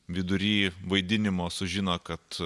vidury vaidinimo sužino kad